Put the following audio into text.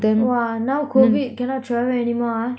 !wah! now COVID cannot travel anymore ah